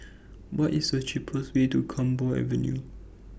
What IS The cheapest Way to Camphor Avenue